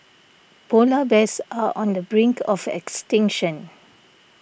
Polar Bears are on the brink of extinction